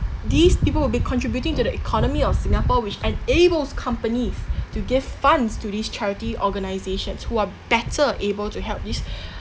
these people would be contributing to the economy of singapore which enables companies to give funds to these charity organisations who are better able to help these